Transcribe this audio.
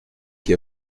qui